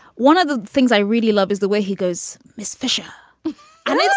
one of the things i really love is the way he goes, miss fisher and